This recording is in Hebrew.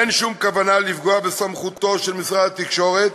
אין שום כוונה לפגוע בסמכותו של משרד התקשורת,